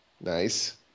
Nice